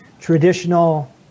traditional